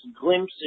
glimpses